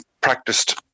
practiced